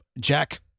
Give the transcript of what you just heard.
Jack